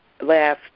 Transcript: last